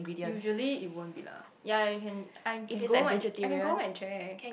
usually it won't be lah ya you can I can go home I can go home and check